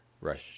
Right